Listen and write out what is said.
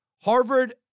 Harvard